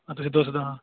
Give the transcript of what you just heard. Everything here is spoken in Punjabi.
ਹਾਂ ਤੁਸੀਂ ਦੱਸਦਾ ਹਾਂ